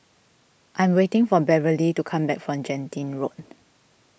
I am waiting for Beverly to come back from Genting Road